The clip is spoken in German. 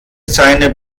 seine